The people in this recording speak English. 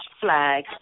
flag